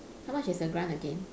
how much is the grant again